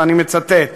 ואני מצטט: